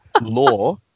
Law